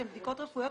שהן בדיקות רפואיות,